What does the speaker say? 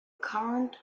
current